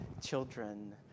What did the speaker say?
children